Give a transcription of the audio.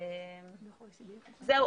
זהו.